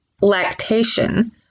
lactation